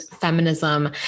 feminism